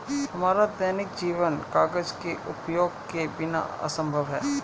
हमारा दैनिक जीवन कागज के उपयोग के बिना असंभव है